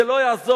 זה לא יעזור,